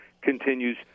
continues